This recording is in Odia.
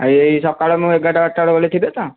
ଏହି ସକାଳେ ମୁଁ ଏଗାର ଟା ବାରଟା ବେଳେ ଗଲେ ଥିବେ ତ